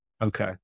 Okay